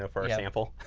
ah for example,